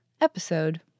episode